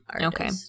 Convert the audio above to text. Okay